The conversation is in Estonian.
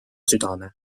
südame